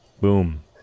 Boom